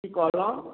की कहलहुॅं